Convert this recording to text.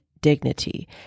dignity